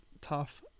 tough